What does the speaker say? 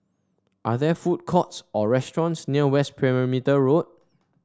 are there food courts or restaurants near West Perimeter Road